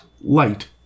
light